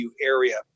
area